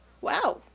wow